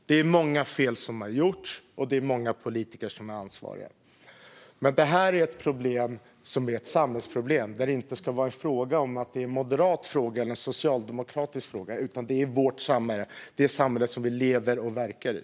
Det är många fel som har begåtts, och det är många politiker som är ansvariga. Det här är ett samhällsproblem. Det ska inte vara en moderat eller en socialdemokratisk fråga. Det är vårt samhälle som vi lever och verkar i.